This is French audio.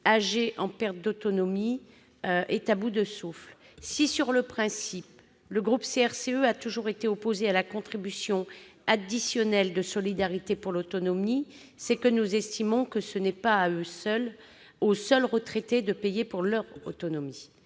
âgées en perte d'autonomie, est à bout de souffle. Si, sur le principe, notre groupe a toujours été opposé à la contribution additionnelle de solidarité pour l'autonomie, la CASA, c'est que nous estimons que ce n'est pas aux seuls retraités de payer pour leur autonomie.